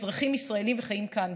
הם אזרחים ישראלים וחיים כאן,